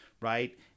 right